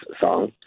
song